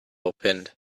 opined